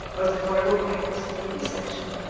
or the horrible practice of vivisection,